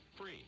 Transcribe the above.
free